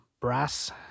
brass